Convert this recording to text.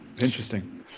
Interesting